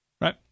right